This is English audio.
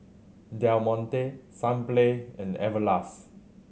Del Monte Sunplay and Everlast